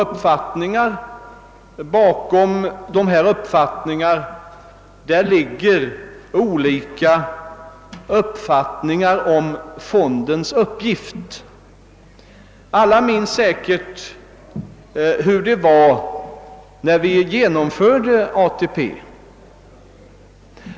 Precis som i dag stod då två uppfattningar mot varandra, bakom vilka låg skilda meningar om fondens uppgift. Alla minns säkerligen hur det var då vi genomförde ATP.